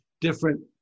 different